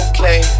Okay